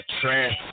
trance